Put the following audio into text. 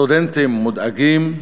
סטודנטים מודאגים,